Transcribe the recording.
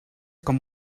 com